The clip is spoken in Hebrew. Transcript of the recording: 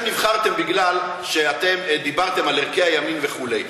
נבחרתם מפני שאתם דיברתם על ערכי הימין וכו'.